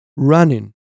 running